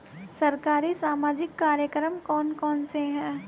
सरकारी सामाजिक कार्यक्रम कौन कौन से हैं?